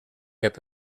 heb